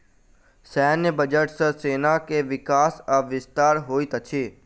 सैन्य बजट सॅ सेना के विकास आ विस्तार होइत अछि